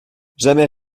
jamais